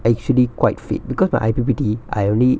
actually quite fit because my I_P_P_T I only